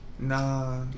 Nah